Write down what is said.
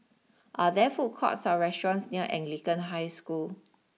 are there food courts or restaurants near Anglican High School